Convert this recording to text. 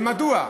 ומדוע?